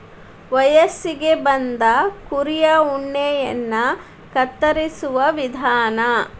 ವಯಸ್ಸಿಗೆ ಬಂದ ಕುರಿಯ ಉಣ್ಣೆಯನ್ನ ಕತ್ತರಿಸುವ ವಿಧಾನ